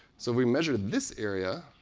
so we measured this area.